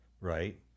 right